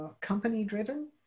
company-driven